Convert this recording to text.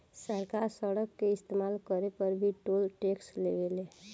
सरकार सड़क के इस्तमाल करे पर भी टोल टैक्स लेवे ले